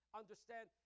understand